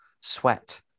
Sweat